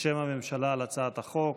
בשם הממשלה על הצעת החוק.